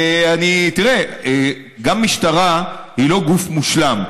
תראה, גם משטרה היא לא גוף מושלם.